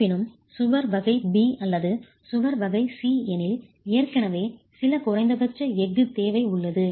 இருப்பினும் சுவர் வகை B அல்லது சுவர் வகை C எனில் ஏற்கனவே சில குறைந்தபட்ச எஃகு தேவை உள்ளது